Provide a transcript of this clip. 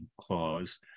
clause